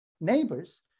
neighbors